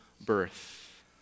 birth